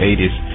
80s